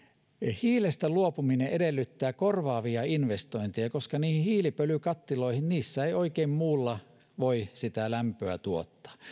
hiilestä luopuminen edellyttää korvaavia investointeja koska hiilipölykattiloissa ei oikein muulla voi sitä lämpöä tuottaa